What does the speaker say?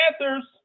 Panthers